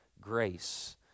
Grace